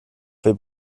fait